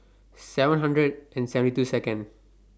seven hundred and seventy Second